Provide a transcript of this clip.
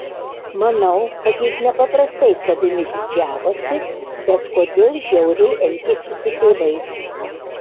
manau kad jis nepaprastai savimi didžiavosi bet kodėl žiauriai elgėsi su tėvais